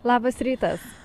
labas rytas